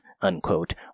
unquote